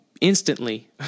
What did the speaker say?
instantly